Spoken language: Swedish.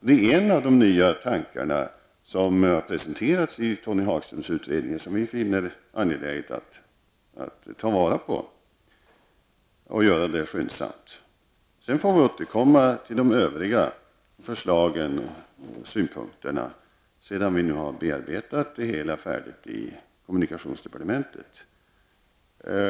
Det är en av de nya tankar som har presenterats i Tony Hagströms utredning och som vi finner det angeläget att ta vara på. Dessutom måste detta göras skyndsamt. Vi får återkomma till övriga förslag och synpunkter efter det att vi är färdiga med bearbetningen av det hela i kommunikationsdepartementet.